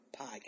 podcast